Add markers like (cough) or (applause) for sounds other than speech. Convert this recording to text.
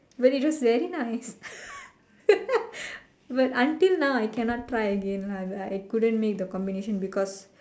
but it was very nice (laughs) but until now I cannot try again lah I I couldn't make the combination because